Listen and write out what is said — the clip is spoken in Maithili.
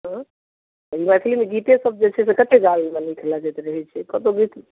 हँ मैथिली मे गीते सब जे छै से कते गाबय मे नीक लगैत रहै छै कतौ